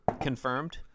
Confirmed